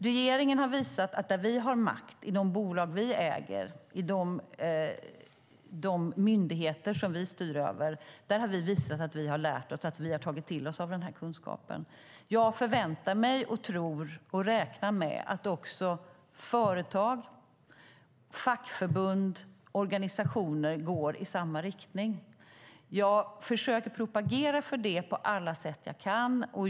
Regeringen har visat att där vi har makt, inom bolag som vi äger och i de myndigheter som vi styr över, har vi lärt oss och tagit till oss denna kunskap. Jag förväntar mig, tror och räknar med att också företag, fackförbund och organisationer går i samma riktning. Jag försöker propagera för det på alla sätt jag kan.